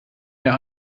mehr